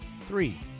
Three